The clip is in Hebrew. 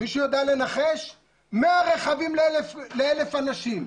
100 רכבים ל-1,000 אנשים,